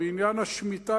בעניין השמיטה,